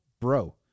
bro